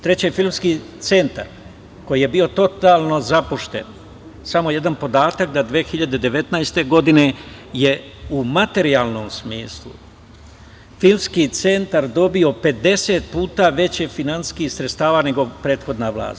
Treće, Filmski centar koji je bio totalno zapušten, samo jedan podatak, 2019. godine je u materijalnom smislu Filmski centar dobio 50 puta više finansijskih sredstava nego prethodna vlast.